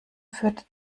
führt